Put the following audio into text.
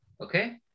Okay